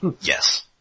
Yes